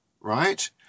right